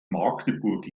magdeburg